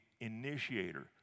initiator